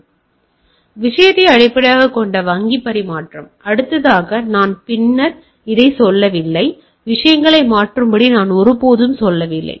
எனவே சில குறிப்பு நேரம் 2549 விஷயத்தை அடிப்படையாகக் கொண்ட வங்கி பரிமாற்றம் அடுத்ததாக நான் பின்னர் இதைச் சொல்லவில்லை விஷயங்களை மாற்றும்படி நான் ஒருபோதும் சொல்லவில்லை